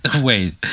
wait